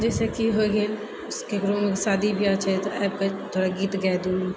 जैसे की होइ गेल ककरो शादी बियाह छै तऽ आबि कऽ थोड़ा गीत गाइ दू